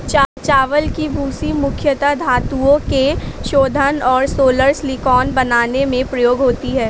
चावल की भूसी मुख्यता धातुओं के शोधन और सोलर सिलिकॉन बनाने में प्रयोग होती है